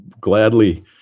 gladly